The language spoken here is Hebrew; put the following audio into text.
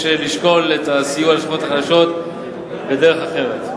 יש לשקול את הסיוע לשכבות החלשות בדרך אחרת,